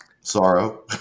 Sorrow